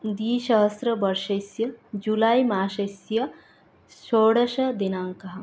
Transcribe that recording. द्विसहस्रवर्षस्य जुलै मासस्य षोडशदिनाङ्कः